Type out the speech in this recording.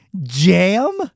jam